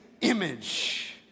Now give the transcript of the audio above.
image